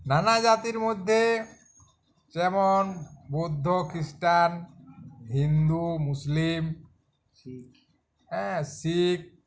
নানা জাতির মধ্যে যেমন বৌদ্ধ খ্রিষ্টান হিন্দু মুসলিম শিখ হ্যাঁ শিখ